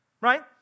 Right